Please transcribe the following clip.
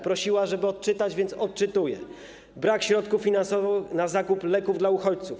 Prosiła, żeby odczytać, więc odczytuję: Brak środków finansowych na zakup leków dla uchodźców.